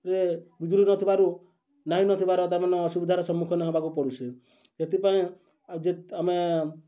ରେ ବିଜୁଳି ନଥିବାରୁ ନାହିଁ ନଥିବାର ତାର ମାନେ ଅସୁବିଧାର ସମ୍ମୁଖୀନ ହେବାକୁ ପଡ଼ୁଛି ସେଥିପାଇଁ ଯେ ଆମେ